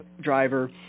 driver